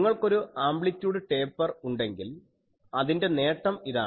നിങ്ങൾക്കൊരു amplitude taper ഉണ്ടെങ്കിൽ അതിൻറെ നേട്ടം ഇതാണ്